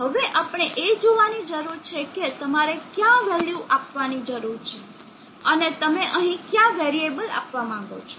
હવે આપણે એ જોવાની જરૂર છે કે તમારે કઈ વેલ્યુ આપવાની જરૂર છે અને તમે અહીં કયા વેરીએબલ આપવા માંગો છો